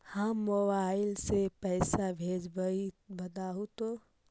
हम मोबाईल से पईसा भेजबई बताहु तो?